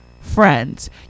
friends